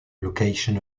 location